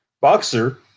boxer